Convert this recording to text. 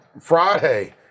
Friday